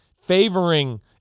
favoring